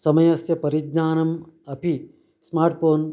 समयस्य परिज्ञानम् अपि स्मार्ट् पोन्